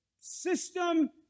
system